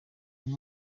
umwe